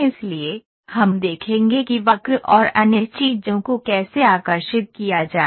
इसलिए हम देखेंगे कि वक्र और अन्य चीजों को कैसे आकर्षित किया जाए